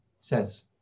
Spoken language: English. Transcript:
Says